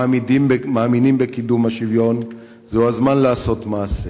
מאמינים בקידום השוויון, זה הזמן לעשות מעשה.